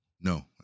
No